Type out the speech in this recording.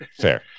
Fair